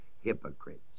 hypocrites